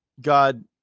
God